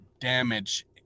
damage